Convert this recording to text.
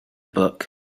book